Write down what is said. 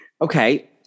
okay